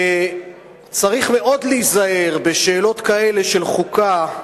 וצריך מאוד להיזהר בשאלות כאלה של חוקה,